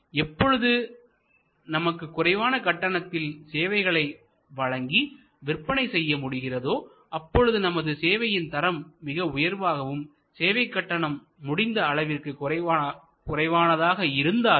எப்பொழுது நமக்கு குறைவான கட்டணத்தில் சேவைகளை வழங்கி விற்பனை செய்ய முடிகிறதோ அப்போது நமது சேவையின் தரம் மிக உயர்வாகவும் சேவை கட்டணம் முடிந்த அளவிற்கு குறைவானதாக இருந்தாலும்